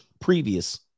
previous